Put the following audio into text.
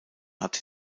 hat